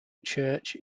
church